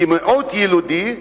כמיעוט ילידי,